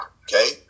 okay